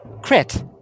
crit